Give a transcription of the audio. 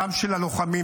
גם של הלוחמים.